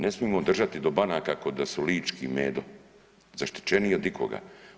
Ne smijemo držati do banaka ko da su lički medo, zaštićeniji od ikoga.